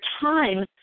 time